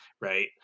right